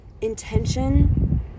intention